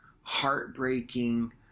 heartbreaking